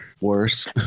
worse